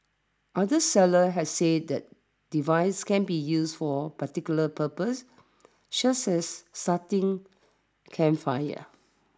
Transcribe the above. other sellers have said the device can be used for particular purposes such as starting campfires